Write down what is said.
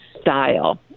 style